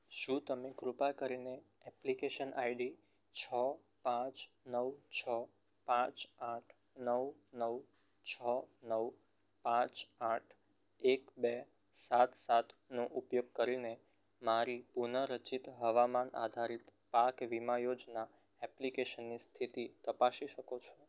શું તમે કૃપા કરીને એપ્લિકેશન આઈડી છ પાંચ નવ છ પાંચ આઠ નવ નવ છો નવ પાંચ આઠ એક બે સાત સાતનો ઉપયોગ કરીને મારી પુનઃરચિત હવામાન આધારિત પાક વીમા યોજના એપ્લિકેશનની સ્થિતિ તપાસી શકો છો